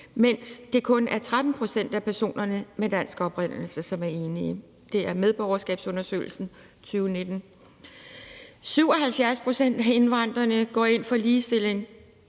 mens det kun er 13 pct. af personerne med dansk oprindelse, som er enige. Det er fra medborgerskabsundersøgelsen 2019. 77 pct. af indvandrerne går ind for ligestilling